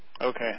Okay